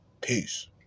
peace